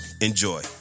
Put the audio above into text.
Enjoy